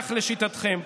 כך לשיטתכם.